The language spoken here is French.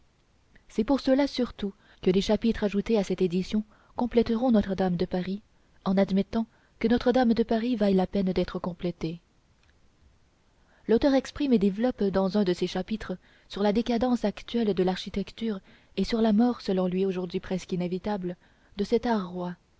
c'est pour ceux-là surtout que les chapitres ajoutés à cette édition compléteront notre-dame de paris en admettant que notre-dame de paris vaille la peine d'être complétée l'auteur exprime et développe dans un de ces chapitres sur la décadence actuelle de l'architecture et sur la mort selon lui aujourd'hui presque inévitable de cet art roi